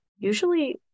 usually